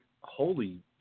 Holy